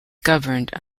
governed